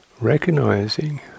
recognizing